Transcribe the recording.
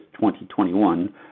2021